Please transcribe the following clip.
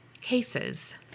cases